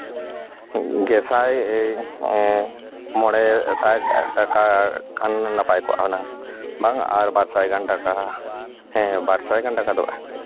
ᱜᱮᱥᱟᱭ ᱢᱚᱬᱮ ᱥᱟᱭ ᱴᱟᱠᱟ ᱠᱷᱟᱱ ᱫᱚ ᱱᱟᱯᱟᱭ ᱠᱚᱜᱼᱟ ᱦᱩᱱᱟᱹᱝ ᱵᱟᱝ ᱟᱨ ᱵᱟᱨ ᱥᱟᱭ ᱜᱟᱱ ᱴᱟᱠᱟ ᱦᱮᱸ ᱵᱟᱨ ᱥᱟᱭ ᱜᱟᱱ ᱴᱟᱠᱟ ᱞᱟᱜᱟᱜᱼᱟ